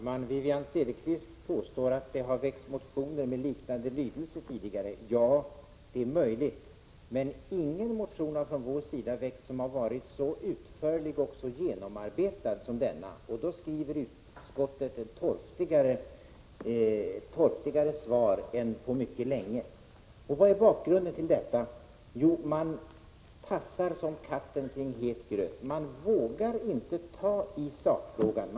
Herr talman! Wivi-Anne Cederqvist påstår att det har väckts motioner med liknande lydelse tidigare. Det är möjligt, men ingen motion har väckts från vår sida som har varit så utförlig och så genomarbetad som denna. Och då skriver utskottet ett torftigare svar än på mycket länge. Vad är då bakgrunden till detta? Jo, man tassar som katten kring het gröt. Man vågar inte ta i sakfrågan.